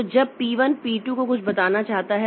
तो जब P 1 P 2 को कुछ बताना चाहता है